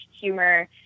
humor